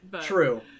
True